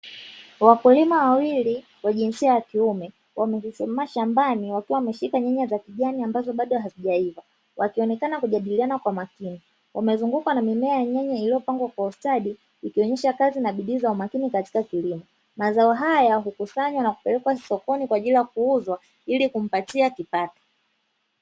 Wakulima wawili wa jinsia ya kiume wamesimama shambani wakiwa wameshika nyanya za kijani ambazo hazijaiva, wakionekana kujadiliana kwa makini, wamezungukwa na mimea ya nyanya iliyostawi vizuri ikionyesha kazi na bidii katika kilimo, mazao haya hukusanywa na kupelekwa kwa ajili ya kuuzwa ili kumpatia kipato.